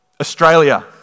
Australia